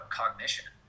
cognition